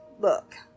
look